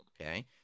Okay